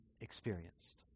experienced